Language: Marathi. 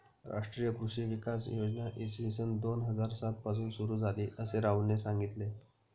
राष्ट्रीय कृषी विकास योजना इसवी सन दोन हजार सात पासून सुरू झाली, असे राहुलने सांगितले